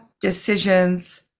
decisions